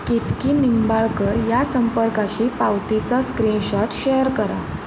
केतकी निंबाळकर या संपर्काशी पावतीचा स्क्रीनशॉट शेअर करा